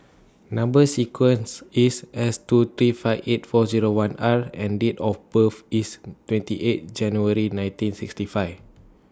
Number sequence IS S two three five eight four Zero one R and Date of birth IS twenty eight January nineteen sixty five